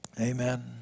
Amen